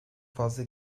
fazla